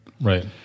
right